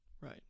right